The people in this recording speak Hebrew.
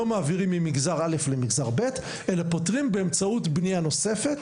לא מעבירים ממגזר א' למגזר ב' אלא פותרים באמצעות בנייה נוספת,